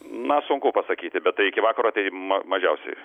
na sunku pasakyti bet tai iki vakaro tai ma mažiausiai